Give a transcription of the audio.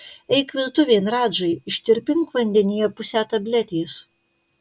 eik virtuvėn radžai ištirpink vandenyje pusę tabletės